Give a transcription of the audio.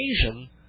Asian